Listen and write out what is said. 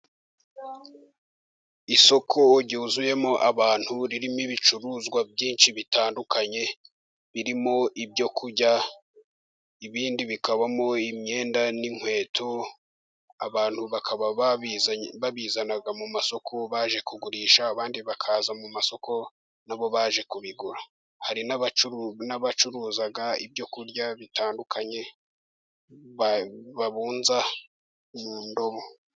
Isoko ryuzuyemo abantu ririmo ibicuruzwa byinshi bitandukanye, birimo ibyo kurya, ibindi bikabamo imyenda n'inkweto. Abantu bakaba babizana mu masoko baje kugurisha, abandi bakaza mu masoko nabo baje kubigura hari n'abacuruza ibyo kurya bitandukanye babunza mu ndomo.